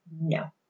no